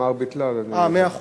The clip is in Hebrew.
תמר ביטלה, אה, מאה אחוז.